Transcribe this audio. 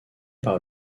par